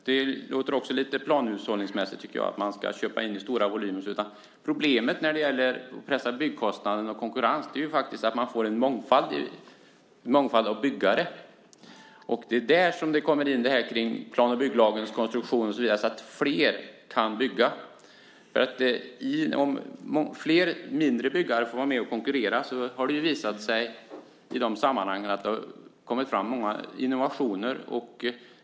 Jag tycker att det låter lite planhushållningsmässigt att man ska köpa in i stora volymer. Problemet när det gäller att pressa byggkostnaderna och få konkurrens löses genom att man får en mångfald byggare. Det är där plan och bygglagens konstruktion kommer in. Det handlar om att flera ska kunna bygga. Det har visat sig att om flera mindre byggare får vara med och konkurrera kommer det fram många innovationer.